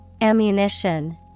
Ammunition